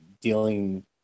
dealing